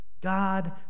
God